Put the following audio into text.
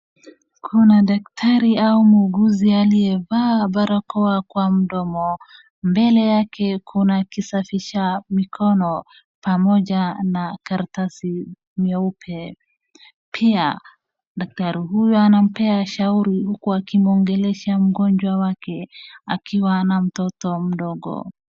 Kuna dakatari au muuguzi aliyevaa barakoa kwa mdomo. Mbele yake kuna kisafisha mikono pamoja na karatasi nyeupe. Pia, daktari huyu anampea shauri huku akimwongelesha mgonjwa wake, akiwa na mtoto mdogo.